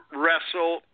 wrestle